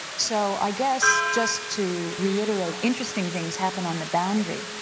so i guess just to reiterate, interesting things happen on the boundary,